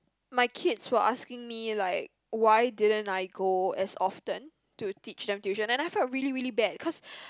my kids were asking me like why didn't I go as often to teach them tuition and I felt really really bad cause